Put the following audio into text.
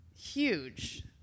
huge